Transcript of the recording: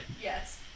Yes